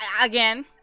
again